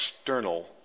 external